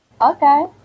Okay